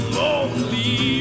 lonely